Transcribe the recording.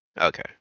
Okay